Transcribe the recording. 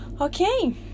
Okay